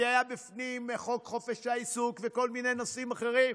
כי היה בפנים חוק חופש העיסוק וכל מיני נושאים אחרים.